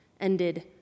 ended